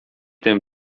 tym